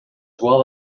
well